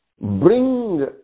bring